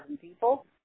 people